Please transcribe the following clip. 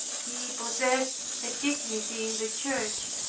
he possessed a dignity in the church,